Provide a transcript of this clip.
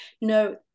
No